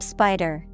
Spider